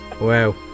Wow